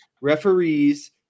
referees